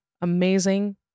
amazing